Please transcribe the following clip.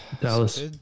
Dallas